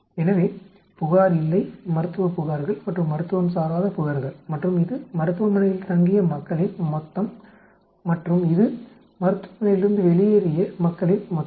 எனவே புகார் இல்லை மருத்துவ புகார்கள் மற்றும் மருத்துவம் சாராத புகார்கள் மற்றும் இது மருத்துவமனையில் தங்கிய மக்களின் மொத்தம் மற்றும் இது மருத்துவமனையிலிருந்து வெளியேறிய மக்களின் மொத்தம்